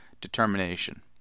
determination